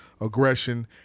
aggression